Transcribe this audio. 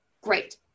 great